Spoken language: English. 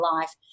life